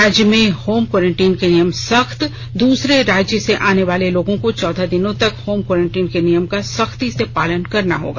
राज्य में home quarantine के नियम सख्त दूसरे राज्य से आनेवाले लोगों को चौदह दिनों तक होम कोरेंटीन के नियम का सख्ती से पालन करना होगा